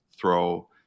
throw